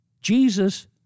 Jesus